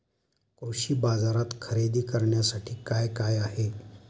कृषी बाजारात खरेदी करण्यासाठी काय काय आहे?